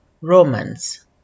Romans